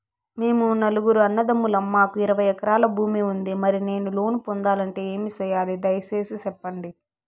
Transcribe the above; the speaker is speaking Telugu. మేము నలుగురు అన్నదమ్ములం మాకు ఇరవై ఎకరాల భూమి ఉంది, మరి నేను లోను పొందాలంటే ఏమి సెయ్యాలి? దయసేసి సెప్పండి?